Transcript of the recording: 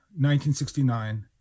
1969